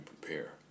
prepare